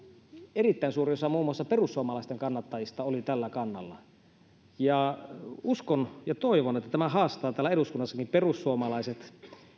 erittäin suuri osa muun muassa perussuomalaisten kannattajista oli tällä kannalla uskon ja toivon että tämä haastaa täällä eduskunnassakin perussuomalaiset